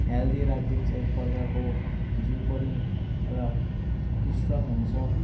healthy राखिदिन्छ एक प्रकारको जिउ पनि र स्ट्रङ हुन्छ